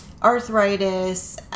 arthritis